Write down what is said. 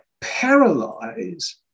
paralyze